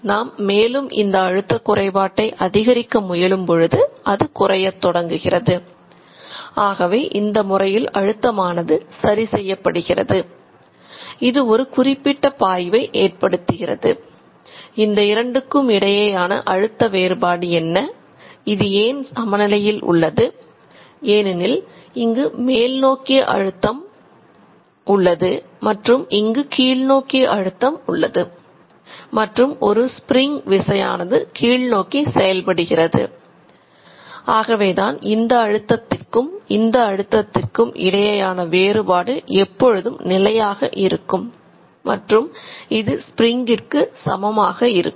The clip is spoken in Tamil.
நாம் மேலும் இந்த அழுத்த குறைபாட்டை சமமாக இருக்கும்